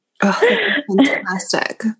fantastic